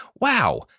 Wow